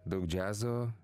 daug džiazo